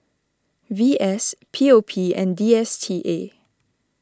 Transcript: V S P O P and D S T A